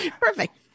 Perfect